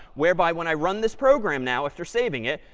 whereby when i run this program now after saving it,